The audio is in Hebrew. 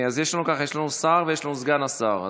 יש לנו שר ויש לנו סגן שר.